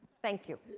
thank you.